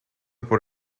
por